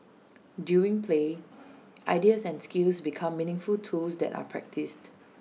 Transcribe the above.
during play ideas and skills become meaningful tools that are practised